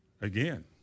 Again